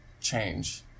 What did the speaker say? change